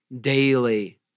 daily